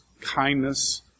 kindness